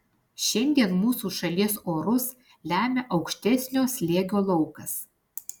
šiandien mūsų šalies orus lemia aukštesnio slėgio laukas